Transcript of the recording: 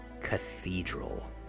cathedral